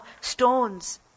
stones